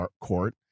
court